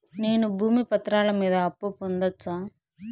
నేను భూమి పత్రాల మీద అప్పు పొందొచ్చా?